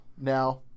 now